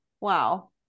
Wow